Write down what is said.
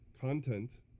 content